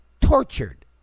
tortured